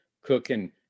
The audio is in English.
cooking